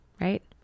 right